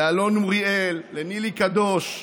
לאלון אוריאל, לנילי קדוש,